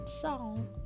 song